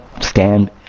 stand